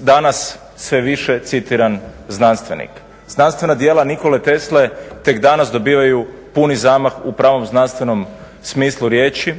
danas sve više citiran znanstvenik. Znanstvena djela Nikole Tesle tek danas dobivaju puni zamah u punom znanstvenom smislu riječi